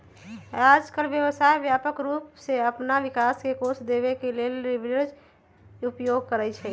याजकाल व्यवसाय व्यापक रूप से अप्पन विकास के कोष देबे के लेल लिवरेज के उपयोग करइ छइ